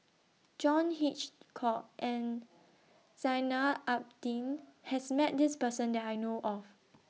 John Hitchcock and Zainal Abidin has Met This Person that I know of